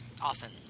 Often